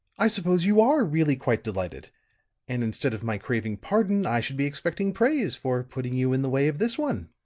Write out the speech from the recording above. i suppose you are really quite delighted and instead of my craving pardon i should be expecting praise, for putting you in the way of this one.